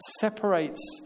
separates